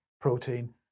protein